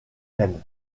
même